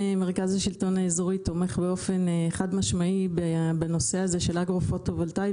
מרכז השלטון האזורי תומך באופן חד משמעי בנושא של אגרו פוטו-וולטאי,